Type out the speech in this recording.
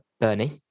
Bernie